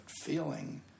feeling